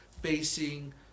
facing